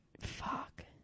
Fuck